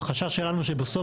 החשש שלנו שבסוף,